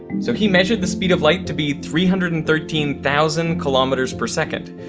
so he measured the speed of light to be three hundred and thirteen thousand kilometers per second,